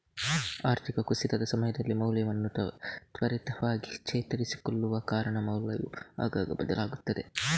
ಆರ್ಥಿಕ ಕುಸಿತದ ಸಮಯದಲ್ಲಿ ಮೌಲ್ಯವನ್ನ ತ್ವರಿತವಾಗಿ ಚೇತರಿಸಿಕೊಳ್ಳುವ ಕಾರಣ ಮೌಲ್ಯವು ಆಗಾಗ ಬದಲಾಗ್ತದೆ